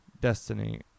destiny